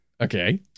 Okay